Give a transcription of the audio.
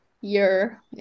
year